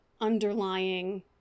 underlying